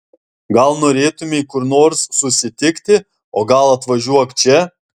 gal norėtumei kur nors susitikti o gal atvažiuok čia